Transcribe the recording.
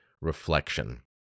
reflection